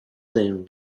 than